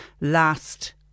last